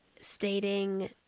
stating